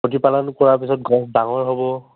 প্ৰতিপালন কৰা পিছত গছ ডাঙৰ হ'ব